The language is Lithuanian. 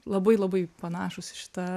labai labai panašūs į šitą